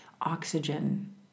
oxygen